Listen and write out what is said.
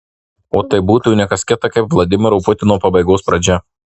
o tai būtų ne kas kita kaip vladimiro putino pabaigos pradžia